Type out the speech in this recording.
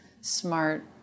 smart